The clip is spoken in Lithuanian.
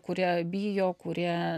kurie bijo kurie